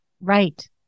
Right